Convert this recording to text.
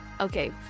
Okay